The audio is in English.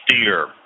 steer